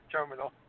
Terminal